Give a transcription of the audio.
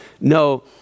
No